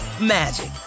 magic